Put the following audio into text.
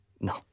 No